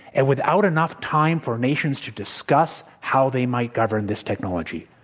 and without enough time for nations to discuss how they might govern this technology.